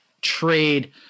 trade